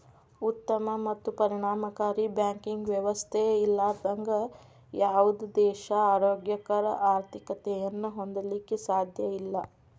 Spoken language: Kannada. ಉತ್ತಮ ಮತ್ತು ಪರಿಣಾಮಕಾರಿ ಬ್ಯಾಂಕಿಂಗ್ ವ್ಯವಸ್ಥೆ ಇರ್ಲಾರ್ದ ಯಾವುದ ದೇಶಾ ಆರೋಗ್ಯಕರ ಆರ್ಥಿಕತೆಯನ್ನ ಹೊಂದಲಿಕ್ಕೆ ಸಾಧ್ಯಇಲ್ಲಾ